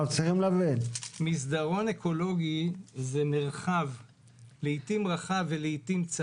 מסדרון אקולוגי זה מרחב לעיתים רחב ולעיתים צר